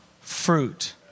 fruit